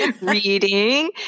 reading